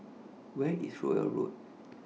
Where IS Rowell Road